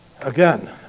Again